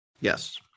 Yes